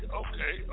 okay